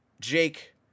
Jake